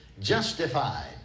justified